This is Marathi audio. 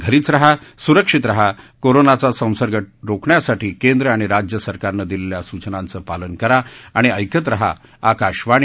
घरीच रहा सुरक्षित रहा कोरोनाचा संसर्ग रोखण्यासाठी केंद्र आणि राज्य सरकारन दिलेल्या सूचनांचं पालन करा आणि ऐकत रहा आकाशवाणी